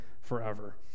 forever